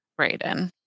Brayden